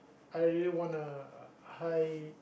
I really want a high